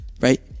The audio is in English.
right